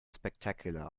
spectacular